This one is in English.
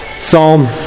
Psalm